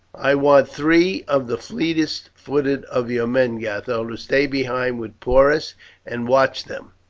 i want three of the fleetest footed of your men, gatho, to stay behind with porus and watch them,